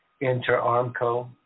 Inter-ARMCO